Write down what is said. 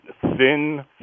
thin